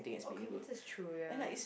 okay which is true ya